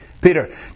Peter